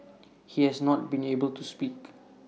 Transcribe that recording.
he has not been able to speak